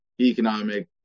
economic